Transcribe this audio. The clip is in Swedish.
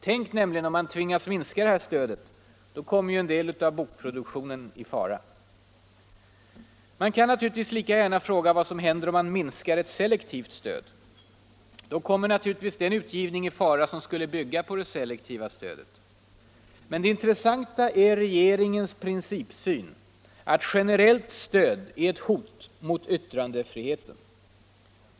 Tänk nämligen om man tvingas minska detta stöd — då kommer ju en del av bokproduktionen i fara! Man kan naturligtvis lika gärna fråga vad som händer om man minskar ett selektivt stöd. Då kommer naturligtvis den utgivning i fara som skulle bygga på det selektiva stödet. Men det intressanta är regeringens principsyn: att generellt stöd är ett hot mot yttrandefriheten.